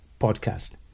podcast